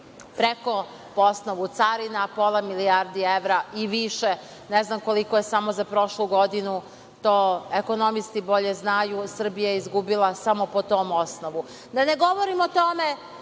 preko, po osnovu carina pola milijardi evra i više, ne znam koliko je samo za prošlu godinu, to ekonomisti bolje znaju, Srbija izgubila samo po tom osnovu. Da ne govorimo o tome